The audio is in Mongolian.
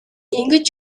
ингэж